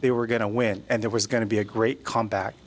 they were going to win and there was going to be a great comeback